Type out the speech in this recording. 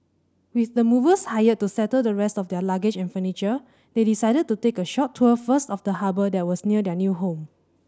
with the movers hired to settle the rest of their luggage and furniture they decided to take a short tour first of the harbour that was near their new home